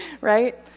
right